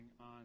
on